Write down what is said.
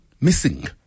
missing